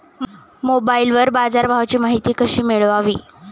मोबाइलवर बाजारभावाची माहिती कशी मिळवावी?